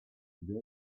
very